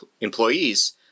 employees